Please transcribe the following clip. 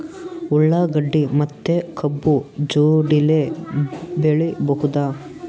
ಉಳ್ಳಾಗಡ್ಡಿ ಮತ್ತೆ ಕಬ್ಬು ಜೋಡಿಲೆ ಬೆಳಿ ಬಹುದಾ?